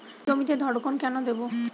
জমিতে ধড়কন কেন দেবো?